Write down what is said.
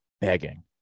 begging